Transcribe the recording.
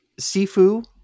Sifu